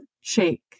shake